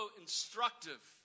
instructive